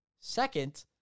second